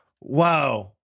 Wow